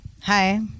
Hi